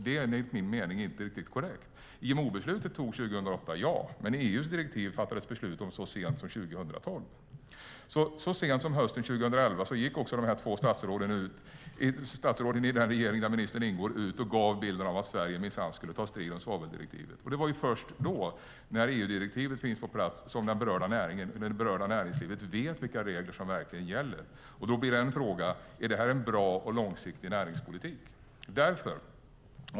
Det är, enligt min mening, inte riktigt korrekt. IMO-beslutet togs 2008, men EU:s direktiv fattades det beslut om i år, 2012. Så sent som hösten 2011 gick två statsråd i den regering där ministern ingår ut och gav bilden av att Sverige minsann skulle ta striden om svaveldirektivet. Det var först när EU-direktivet fanns på plats som det berörda näringslivet kunde veta vilka regler som gäller. Då blir frågan: Är detta en bra och långsiktig näringspolitik?